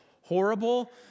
horrible